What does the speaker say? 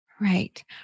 Right